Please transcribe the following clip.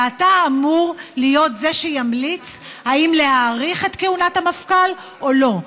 ואתה אמור להיות זה שימליץ אם להאריך את כהונת המפכ"ל או לא.